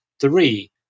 three